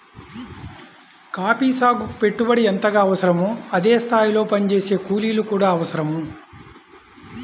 coffee సాగుకి పెట్టుబడి ఎంతగా అవసరమో అదే స్థాయిలో పనిచేసే కూలీలు కూడా అవసరం